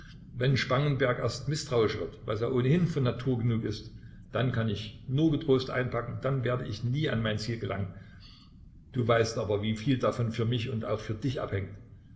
wenn spangenberg erst mißtrauisch wird was er ohnehin von natur genug ist dann kann ich nur getrost einpacken dann werde ich nie an mein ziel gelangen du weißt aber wieviel davon für mich und auch für dich abhängt